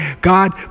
God